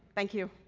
thank you.